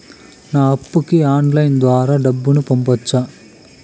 నా అప్పుకి ఆన్లైన్ ద్వారా డబ్బును పంపొచ్చా